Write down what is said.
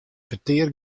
petear